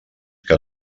que